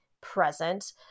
present